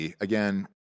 again